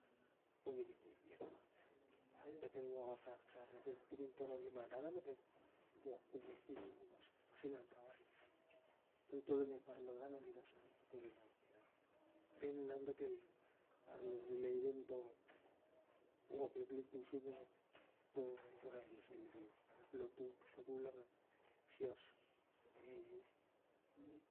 Community, datel wok akak sa, datel tikin toloi liman dat ap datel wok kiom, pasin anrawai istap, toltol onep arnangan aniga sa an potorin diat, irak bel inap datel arnuri lain onto wok liklik tingsup onto ogensaisen liklik onep lotup, skul ap ep sios.